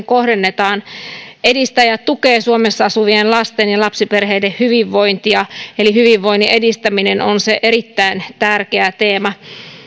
kohdennetaan se edistää ja tukee suomessa asuvien lasten ja lapsiperheiden hyvinvointia eli hyvinvoinnin edistäminen on erittäin tärkeä teema